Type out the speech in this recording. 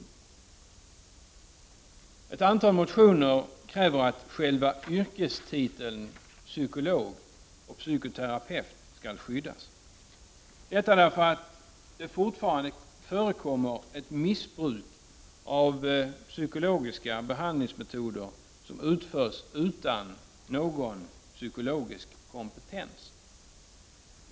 I ett antal motioner krävs att själva yrkestiteln psykolog och psykoterapeut skall skyddas, detta därför att det fortfarande förekommer ett missbruk av psykologiska behandlingsmetoder som utförs utan någon psykologisk kompetens.